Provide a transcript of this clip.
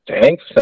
thanks